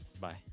Bye